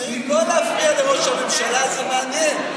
חברים, לא להפריע לראש הממשלה, זה מעניין.